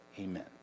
Amen